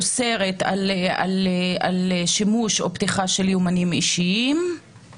אוסרת על שימוש ביומנים אישיים או פתיחתם.